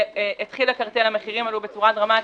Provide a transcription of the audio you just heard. שכשהתחיל הקרטל המחירים עלו בצורה דרמטית,